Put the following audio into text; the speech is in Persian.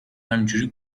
همینجوری